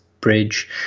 Bridge